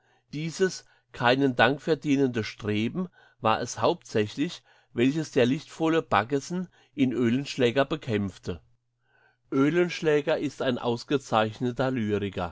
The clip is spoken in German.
dieses keinen dank verdienende streben war es hauptsächlich welches der lichtvolle baggesen in oehlenschläger bekämpfte oehlenschläger ist ein ausgezeichneter